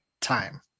time